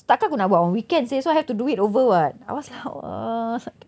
takkan aku nak buat on weekend seh so I have to do it over [what] I was like